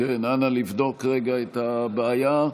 אנא לבדוק את הבעיה.